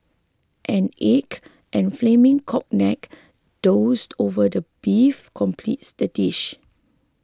an egg and flaming cognac doused over the beef completes the dish